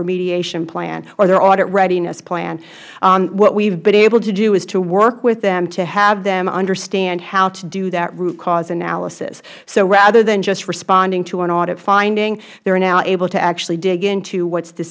remediation planh or their audit readiness plan what we have been able to do is work with them to have them understand how to do that root cause analysis so rather than just responding to an audit finding they are now able to actually dig into what is the